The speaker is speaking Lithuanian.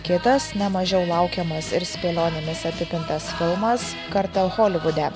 kitas nemažiau laukiamas ir spėlionėmis apipintas filmas kartą holivude